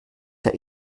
der